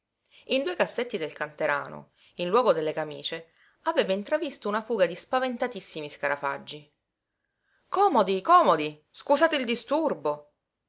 in due cassetti del canterano in luogo delle camíce aveva intravisto una fuga di spaventatissimi scarafaggi comodi comodi scusate del disturbo